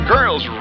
Girls